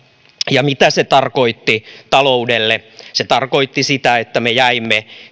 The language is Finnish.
ja mitä se tarkoitti taloudelle se tarkoitti sitä että me jäimme